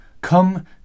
Come